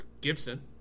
gibson